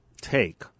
take